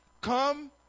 Come